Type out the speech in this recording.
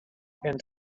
and